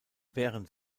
während